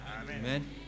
Amen